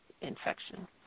infection